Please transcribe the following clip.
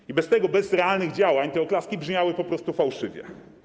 I bez tego, bez realnych działań te oklaski brzmiały po prostu fałszywie.